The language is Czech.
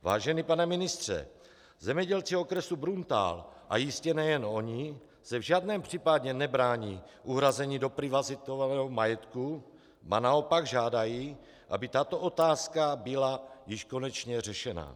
Vážený pane ministře, zemědělci okresu Bruntál,a jistě nejen oni, se v žádném případě nebrání uhrazení doprivatizovaného majetku, ba naopak žádají, aby tato otázka byla již konečně řešena.